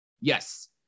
Yes